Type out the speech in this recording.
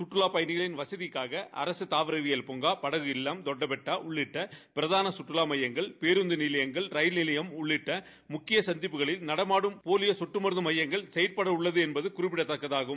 கற்றவாப் பயணிகளின் வகதிக்காக ஆக தாவரவியல் பூங்கா படகு இவ்வம் தொட்டப்பட்டா உள்ளிட்ட பிரதான கற்றுலா மையங்கள் பேருந்து நிலையங்கள் ரயில் நிலையம் உள்ளிட்ட முக்கிய கந்திப்புகளில் நடமாடும் போலியோ கொட்டு முந்ந்து எம்பங்கள் செயல்ட்ட உள்ளது என்பது குறிப்பிடத்தக்கதாகும்